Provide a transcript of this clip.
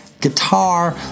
guitar